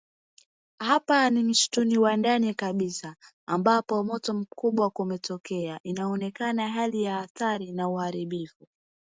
Hapa ni msituni wa ndani kabisa ambapo moto mkubwa umetokea inaonekana hali ya hatari na uharibifu.